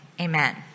amen